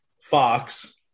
Fox